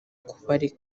kubarera